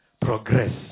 progress